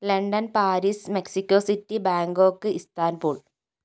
London Paris Mexico city Bangkok Istanbul